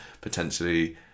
potentially